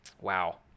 Wow